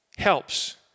helps